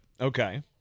Okay